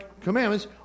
commandments